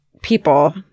people